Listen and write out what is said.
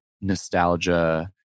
nostalgia